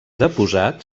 deposat